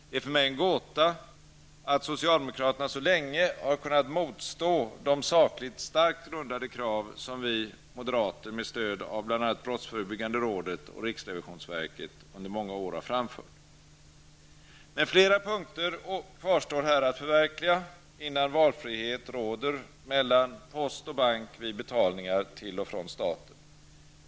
Det är för mig en gåta att socialdemokraterna så länge har kunnat motstå de sakligt starkt grundade krav som vi moderater med stöd av bl.a. brottsförebyggande rådet och riksrevisionsverket under många år har framfört. Men flera punkter kvarstår att förverkliga, innan valfrihet råder mellan post och bank vid betalningar till och från staten.